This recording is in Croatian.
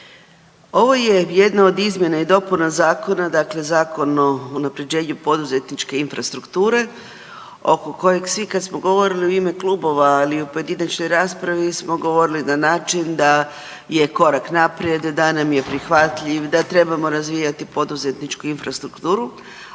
ovo je jedno od izmjena i dopuna dakle Zakon o unapređenju poduzetničke infrastrukture oko kojeg svi kad smo govorili u ime klubova, ali i u pojedinačnoj raspravi smo govorili na način da je korak naprijed, da nam je prihvatljiv, da trebamo razvijati poduzetničku infrastrukturu,